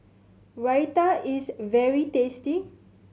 raita is very tasty